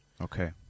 Okay